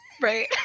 right